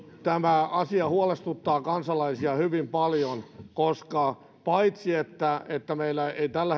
tämä asia huolestuttaa kansalaisia hyvin paljon koska paitsi että että meillä ei tällä